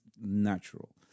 natural